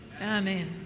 Amen